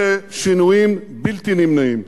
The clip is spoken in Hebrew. אלה שינויים בלתי נמנעים,